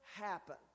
happen